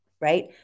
right